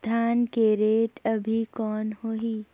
धान के रेट अभी कौन होही?